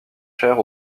chères